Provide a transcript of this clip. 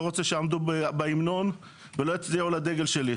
אני לא רוצה שיעמדו בהמנון ולא יצדיעו לדגל שלי,